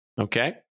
Okay